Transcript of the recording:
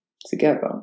together